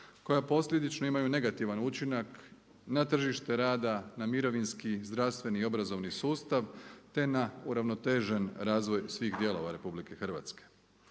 koja posljedično imaju negativan učinak na tržište rada, na mirovinski, zdravstveni i obrazovni sustav te na uravnotežen razvoj svih dijelova Republike Hrvatske.